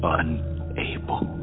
unable